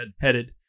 headed